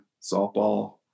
softball